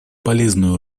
полезную